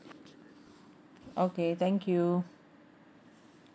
okay thank you